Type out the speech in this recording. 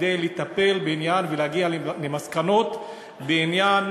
כדי לטפל בעניין ולהגיע למסקנות בעניין